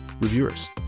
reviewers